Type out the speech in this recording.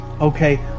okay